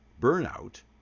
burnout